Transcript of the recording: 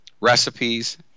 recipes